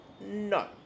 no